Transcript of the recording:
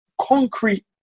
concrete